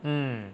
mm